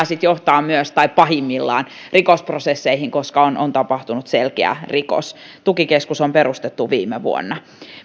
sitten tietysti johtavat myös rikosprosesseihin koska on on tapahtunut selkeä rikos tukikeskus on perustettu viime vuonna